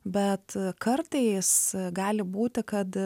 bet kartais gali būti kad